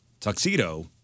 tuxedo